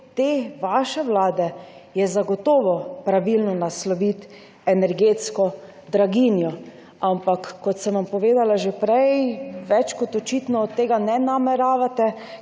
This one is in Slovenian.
vaše vlade zagotovo pravilno nasloviti energetsko draginjo. Ampak kot sem vam povedala že prej, več kot očitno tega ne nameravate,